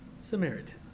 Samaritan